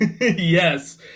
Yes